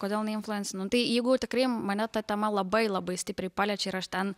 kodėl neinfluencinu tai jeigu tikrai mane ta tema labai labai stipriai paliečia ir aš ten